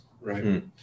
Right